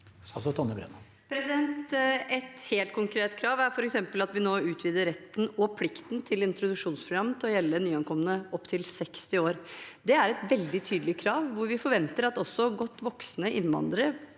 Et helt konkret krav er f.eks. at vi nå utvider retten og plikten til introduksjonsprogram til å gjelde nyankomne opp til 60 år. Det er et veldig tydelig krav, hvor vi forventer at også godt voksne innvandrere